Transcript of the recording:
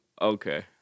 Okay